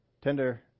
tender